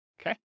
okay